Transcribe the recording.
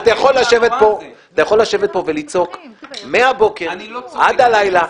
אתה יכול לשבת פה ולצעוק מהבוקר עד הלילה